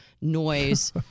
noise